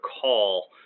call